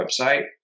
website